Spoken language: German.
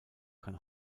kann